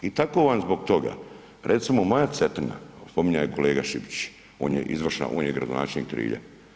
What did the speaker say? I tako vam zbog toga, recimo, moja Cetina, spominjao je kolega Šipić, on je gradonačelnik Trilja.